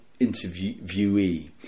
interviewee